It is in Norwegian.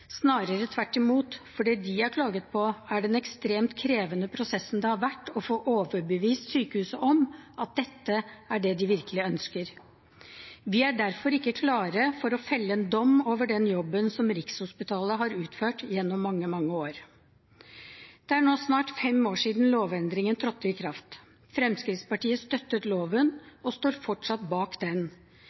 snarere tvert imot. Det de har klaget på, er den ekstremt krevende prosessen det har vært å få overbevist sykehuset om at dette er det de virkelig ønsker. Vi er derfor ikke klar for å felle en dom over den jobben som Rikshospitalet har utført gjennom mange, mange år. Det er nå snart fem år siden lovendringen trådte i kraft. Fremskrittspartiet støttet loven og står fortsatt bak den.